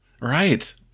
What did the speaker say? Right